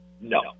No